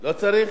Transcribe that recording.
לא צריך?